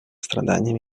страданиям